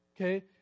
okay